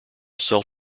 self